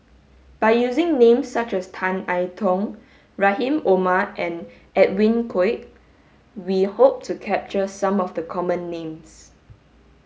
by using names such as Tan I Tong Rahim Omar and Edwin Koek we hope to capture some of the common names